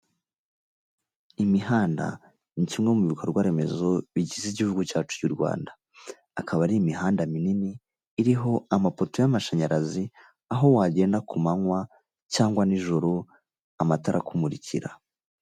Imihanda ni kimwe mu bikorwaremezo bigize igihugu cyacu cy' u Rwanda akaba ari imihanda minini iriho amapoto y'amashanyarazi aho wagenda ku manywa cyangwa nijoro amatara akumurikira.